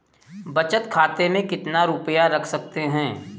बचत खाते में कितना रुपया रख सकते हैं?